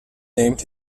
named